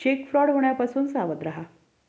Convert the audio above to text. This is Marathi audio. चेक फ्रॉड होण्यापासून सावध रहा